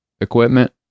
equipment